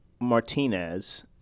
Martinez